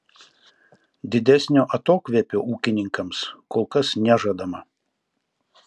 didesnio atokvėpio ūkininkams kol kas nežadama